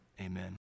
amen